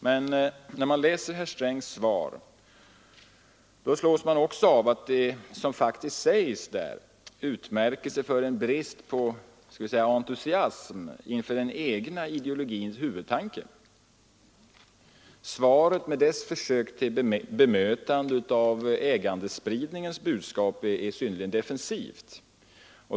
Men när man läser herr Strängs svar slås man också av att det som faktiskt sägs där utmärker sig för en brist på skall vi säga entusiasm för den egna ideologins huvudtanke. Svaret med dess försök till bemötande av ägandespridningens budskap är synnerligen defensivt.